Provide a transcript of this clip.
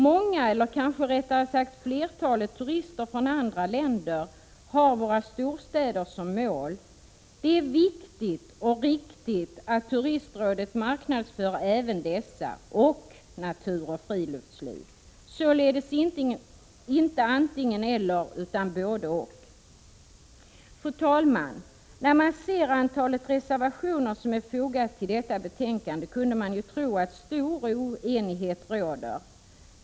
Många eller kanske rättare sagt flertalet turister från andra länder har våra storstäder som mål. Det är viktigt och riktigt att Turistrådet marknadsför även dessa, liksom vår natur och vårt friluftsliv. Det är således inte fråga om ett antingen-eller utan om ett både—och. Fru talman! När man ser antalet reservationer som är fogade till detta betänkande kunde man tro att stor oenighet råder.